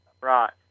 Right